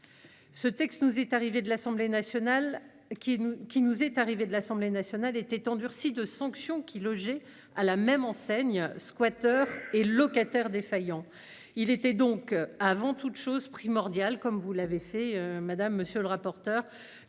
qui nous qui nous est arrivé de l'Assemblée nationale était endurcis de sanctions qui logé à la même enseigne squatteurs et locataire défaillant. Il était donc avant toute chose primordiale, comme vous l'avez fait. Madame, monsieur le rapporteur